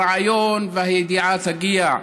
הרעיון והידיעה תגיע,